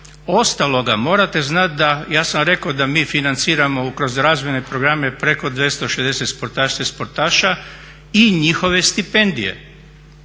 ostaloga, morate znati da, ja sam rekao da mi financiramo kroz razvojne programe preko 260 sportašica i sportaša i njihove stipendije